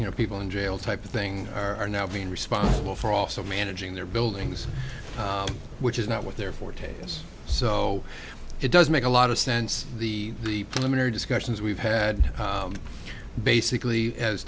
you know people in jail type of thing are now being responsible for also managing their buildings which is not what they're forte's so it does make a lot of sense the the preliminary discussions we've had basically as